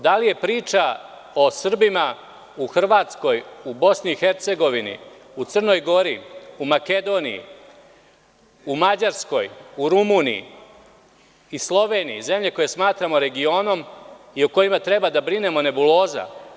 Da li je priča o Srbima u Hrvatskoj, u Bosni i Hercegovini, u Crnoj Gori, u Makedoniji, u Mađarskoj, u Rumuniji i Sloveniji, zemlje koje smatramo regionom i o kojima treba da brinemo, nebuloza?